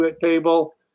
table